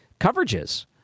coverages